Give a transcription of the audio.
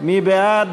מי בעד?